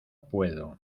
puedo